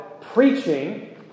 preaching